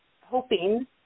hoping